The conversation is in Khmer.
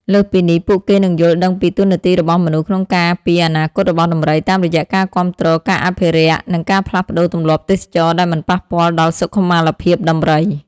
លើសពីនេះ ពួកគេនឹងយល់ដឹងពី តួនាទីរបស់មនុស្សក្នុងការពារអនាគតរបស់ដំរី តាមរយៈការគាំទ្រការអភិរក្ស និងការផ្លាស់ប្តូរទម្លាប់ទេសចរណ៍ដែលមិនប៉ះពាល់ដល់សុខុមាលភាពដំរី។